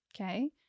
Okay